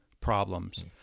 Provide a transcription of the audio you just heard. problems